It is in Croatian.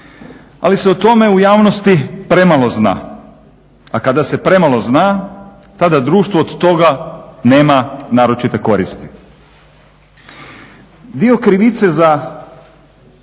Ali se o tome u javnosti premalo zna, a kada se premalo zna tada društvo od toga nema naročite koristi. Dio krivice za